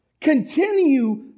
Continue